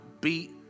beat